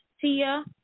Tia